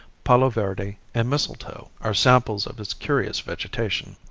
palo verde and mistletoe are samples of its curious vegetation.